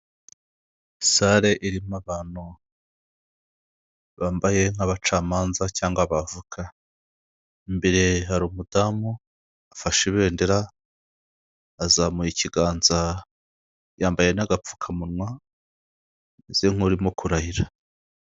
Sare irimo abantu bambaye nk'abacamanza cyangwa abavoka, imbere hari umudamu afashe ibendera azamuye ikiganza yambaye n'agapfukamunwa ameze nk'urimo kurahira.